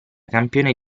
campione